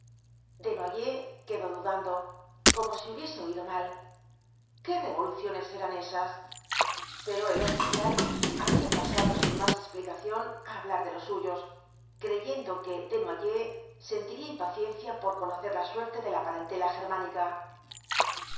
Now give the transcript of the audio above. desnoyers quedó dudando como si hubiese oído mal qué revoluciones eran esas pero el oficial había pasado sin más explicación á hablar de los suyos creyendo que desnoyers sentiría impaciencia por conocer la suerte de la parentela germánica